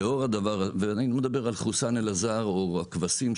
אני לא מדבר על חוסאן אלעזר או הכבשים,